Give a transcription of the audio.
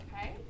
Okay